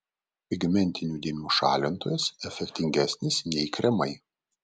pigmentinių dėmių šalintojas efektingesnis nei kremai